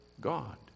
God